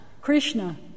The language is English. Krishna